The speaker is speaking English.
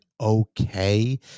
okay